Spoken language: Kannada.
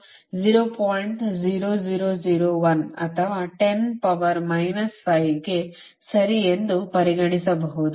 0001 ಅಥವಾ 10 ಪವರ್ ಮೈನಸ್ 5 ಗೆ ಸರಿ ಎಂದು ಪರಿಗಣಿಸಬಹುದು